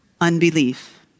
unbelief